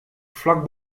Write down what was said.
vlak